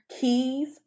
Keys